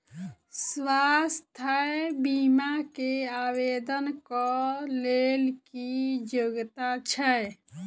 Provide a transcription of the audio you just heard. स्वास्थ्य बीमा केँ आवेदन कऽ लेल की योग्यता छै?